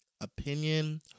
Opinion